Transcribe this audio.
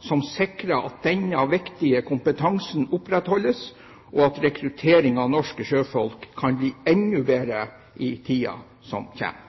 som sikrer at denne viktige kompetansen opprettholdes, og at rekruttering av norske sjøfolk kan bli enda bedre i tiden som kommer.